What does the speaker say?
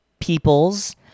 peoples